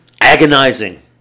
agonizing